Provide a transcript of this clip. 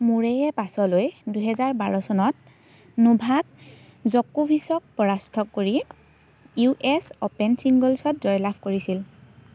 মুৰে'য়ে পাছলৈ দুহেজাৰ বাৰ চনত নোভাক জকোভিচক পৰাস্ত কৰি ইউ এছ অ'পেন ছিংগলছত জয়লাভ কৰিছিল